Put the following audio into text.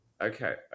Okay